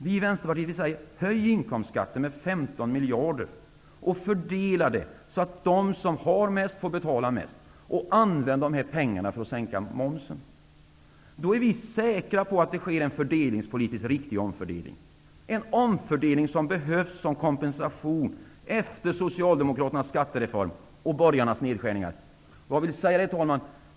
Vi i Vänsterpartiet säger: Höj inkomstskatten med 15 miljarder och fördela pengarna så att de som har mest får betala mest. Använd dessa pengar för att sänka momsen. Då är vi säkra på att en fördelningspolitiskt riktig omfördelning sker, en omfördelning som behövs som kompensation för Socialdemokraternas skattereform och borgarnas nedskärningar. Herr talman!